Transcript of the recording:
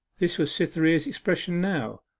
this was cytherea's expression now.